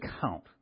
count